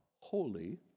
holy